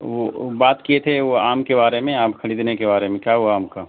وہ بات کیے تھے وہ آم کے بارے میں آپ خریدنے کے بارے میں کیا ہوا آم کا